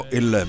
il